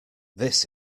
this